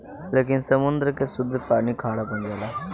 लेकिन समुंद्र के सुद्ध पानी खारा बन जाला